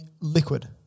liquid